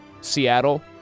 Seattle